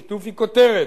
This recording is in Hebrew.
"שיתוף" היא כותרת.